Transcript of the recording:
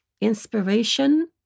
inspiration